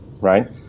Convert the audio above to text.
right